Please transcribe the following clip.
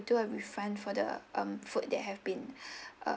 do a refund for the um food that have been um